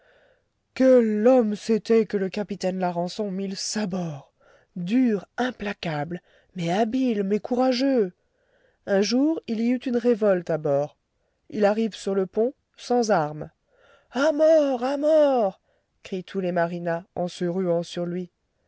quel homme c'était que le capitaine larençon mille sabords dur implacable mais habile mais courageux un jour il y eut une révolte à bord il arrive sur le pont sans armes a mort à mort crient tous les marina on se ruant sur lui